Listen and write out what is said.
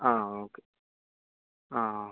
ആ ഓക്കെ ആ ഓക്കെ